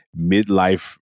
Midlife